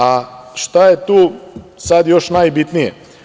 A šta je tu sad još najbitnije?